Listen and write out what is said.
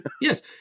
Yes